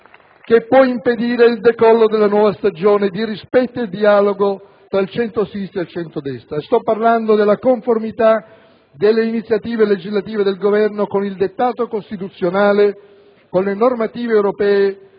che può impedire il decollo della nuova stagione di rispetto e di dialogo tra centrosinistra e centrodestra. Mi riferisco alla conformità delle iniziative legislative del Governo con il dettato costituzionale, con le normative europee